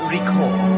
Recall